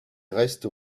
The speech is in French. restes